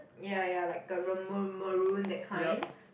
ya ya like the a maroon that kind